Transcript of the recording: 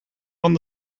van